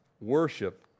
worship